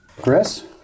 Chris